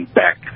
back